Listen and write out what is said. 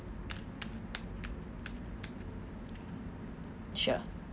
sure